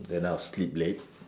and I will sleep late